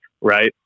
right